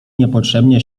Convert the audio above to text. niepotrzebnie